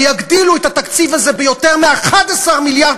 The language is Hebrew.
ויגדילו את התקציב הזה ביותר מ-11 מיליארד